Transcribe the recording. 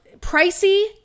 pricey